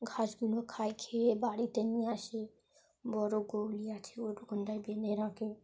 ঘাসগুলো খায় খেয়ে বাড়িতে নিয়ে আসে বড় গলি আছে ওর ওখানটায় বেঁধে রাখে